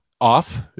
off